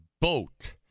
boat